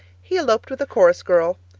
he eloped with a chorus girl.